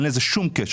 אין לזה שום קשר.